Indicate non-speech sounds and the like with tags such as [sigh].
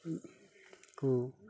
[unintelligible]